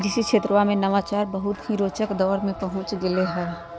कृषि क्षेत्रवा में नवाचार बहुत ही रोचक दौर में पहुंच गैले है